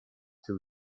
two